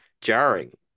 jarring